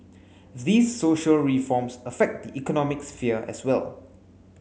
these social reforms affect the economic sphere as well